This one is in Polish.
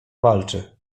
walczy